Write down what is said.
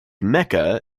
mecca